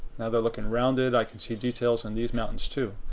now they're looking rounded. i can see details in these mountains too.